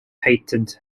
patent